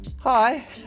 hi